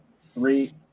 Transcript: three